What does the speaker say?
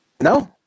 No